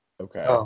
Okay